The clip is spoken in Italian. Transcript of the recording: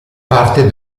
parte